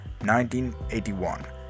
1981